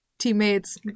teammates